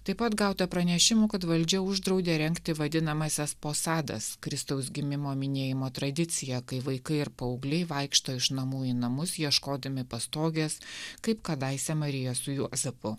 taip pat gauta pranešimų kad valdžia uždraudė rengti vadinamąsias posadas kristaus gimimo minėjimo tradiciją kai vaikai ir paaugliai vaikšto iš namų į namus ieškodami pastogės kaip kadaise marija su juozapu